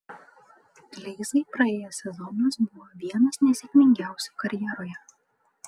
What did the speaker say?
kleizai praėjęs sezonas buvo vienas nesėkmingiausių karjeroje